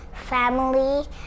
family